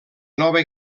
nova